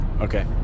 Okay